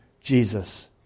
Jesus